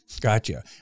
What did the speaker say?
Gotcha